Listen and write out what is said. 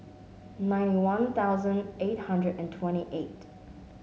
ninety One Thousand eight hundred and twenty eight